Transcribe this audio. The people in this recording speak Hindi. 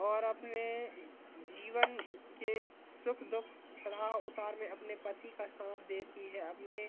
और अपने जीवन के सुख दुख चढ़ाव उतार में अपने पति का साथ देती है अपने